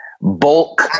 bulk